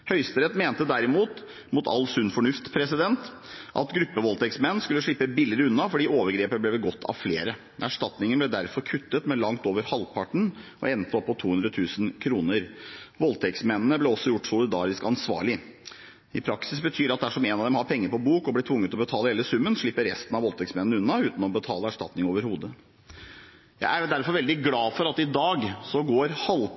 Høyesterett mente derimot, mot all sunn fornuft, at gruppevoldtektsmenn skulle slippe billigere unna fordi overgrepet ble begått av flere. Erstatningen ble derfor kuttet med langt over halvparten og endte på 200 000 kr. Voldtektsmennene ble også gjort solidarisk ansvarlige. I praksis betyr det at dersom en av dem har penger på bok og blir tvunget til å betale hele summen, slipper resten av voldtektsmennene unna uten å betale erstatning overhodet. Jeg er derfor veldig glad for at halvparten av denne proposisjonen går